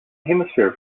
hemisphere